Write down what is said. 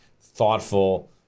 thoughtful